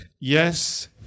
yes